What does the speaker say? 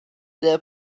der